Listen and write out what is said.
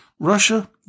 Russia